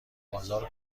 بازار